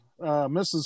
Mrs